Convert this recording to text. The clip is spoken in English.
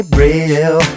real